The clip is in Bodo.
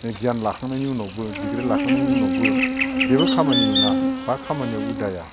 गियान लाखांनायनि उनावबो डिग्रि लाखांनायनि उनावबो जेबो खामानि मोना बा खामानियाव उदाया